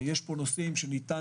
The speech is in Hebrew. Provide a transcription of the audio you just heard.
יש נושאים שאפשר